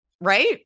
Right